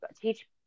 teach